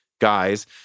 guys